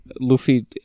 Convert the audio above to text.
Luffy